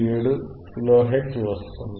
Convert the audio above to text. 477 kilo hertz వస్తుంది